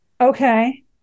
Okay